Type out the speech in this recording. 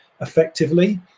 effectively